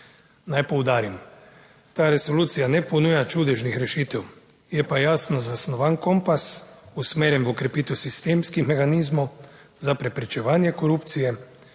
Naj poudarim, ta resolucija ne ponuja čudežnih rešitev, je pa jasno zasnovan kompas, usmerjen v krepitev sistemskih mehanizmov za preprečevanje korupcije,